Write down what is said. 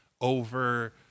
over